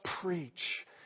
preach